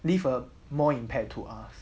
live a more impact to us